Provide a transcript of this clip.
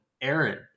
aaron